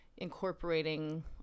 incorporating